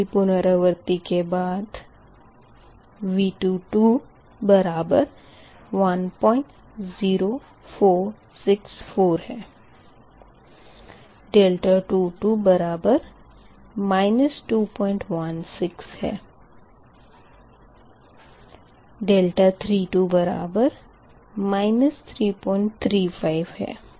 दूसरी पुनरावर्ती के बाद V2 बराबर 10464 है 2 बराबर 216 है 3 बराबर 335 है